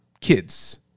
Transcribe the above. kids